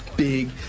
big